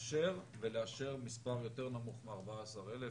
לאשר ולאשר מספר יותר נמוך מ-14,000.